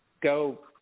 go